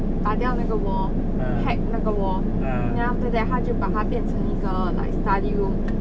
打掉那个 wall hack 那个 wall then after 他就把它变成一个 like study room